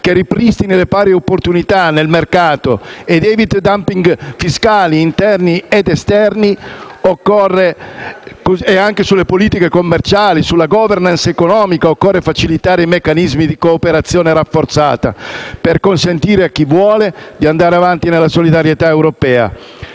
che ripristini le pari opportunità nel mercato ed eviti *dumping* fiscali, interni ed esterni, e anche sulle politiche commerciali e sulla *governance* economica occorre facilitare meccanismi di cooperazione rafforzata, per consentire a chi vuole di andare avanti nella solidarietà europea.